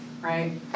right